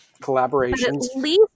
collaborations